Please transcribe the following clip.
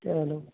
ਚਲੋ